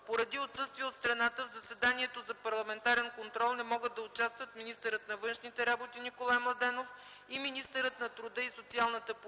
Поради отсъствие от страната в заседанието за парламентарен контрол не могат да участват министърът на външните работи Николай Младенов и министърът на труда и социалната политика